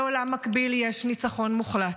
בעולם מקביל יש ניצחון מוחלט.